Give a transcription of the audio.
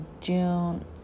June